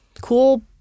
cool